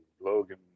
Logan